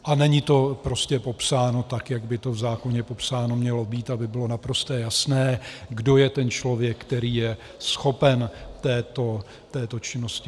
A není to prostě popsáno tak, jak by to v zákoně popsáno mělo být, aby bylo naprosto jasné, kdo je ten člověk, který je schopen této činnosti.